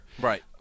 Right